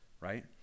right